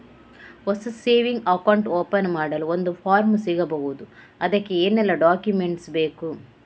ಹೊಸ saving account open ಮಾಡಲು ಒಂದು ಫಾರ್ಮ್ ಸಿಗಬಹುದು? ಅದಕ್ಕೆ ಏನೆಲ್ಲಾ ಡಾಕ್ಯುಮೆಂಟ್ಸ್ ಬೇಕು?